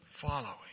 following